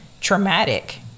traumatic